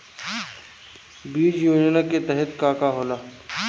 बीज योजना के तहत का का होला?